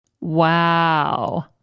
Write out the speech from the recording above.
Wow